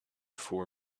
four